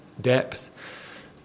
depth